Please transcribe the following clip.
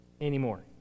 anymore